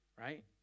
right